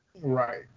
Right